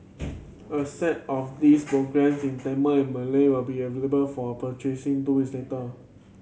a set of these programmes in Tamil and Malay will be available for purchasing two weeks later